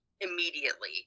immediately